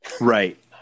right